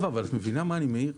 חוה, את מבינה מה אני מעיר?